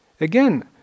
Again